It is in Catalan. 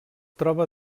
troba